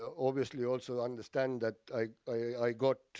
ah obviously also understand that i got,